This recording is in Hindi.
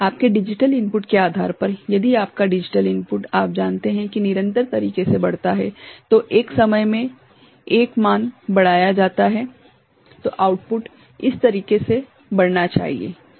आपके डिजिटल इनपुट के आधार पर यदि आपका डिजिटल इनपुट आप जानते हैं की निरंतर तरीके से बढ़ता है तो एक समय में 1 मान बढ़ाया जाता है तो आउटपुट इस तरीके से बढ़ना चाहिए क्या यह ठीक है